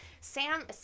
Sam